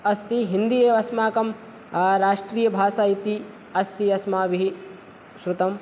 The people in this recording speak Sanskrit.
अस्ति हिन्दी अस्माकं राष्ट्रिय भाषा इति अस्ति अस्माभिः श्रुतम्